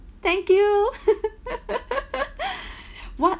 thank you what